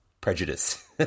prejudice